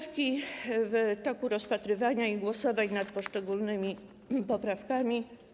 W toku rozpatrywania i głosowań nad poszczególnymi poprawkami.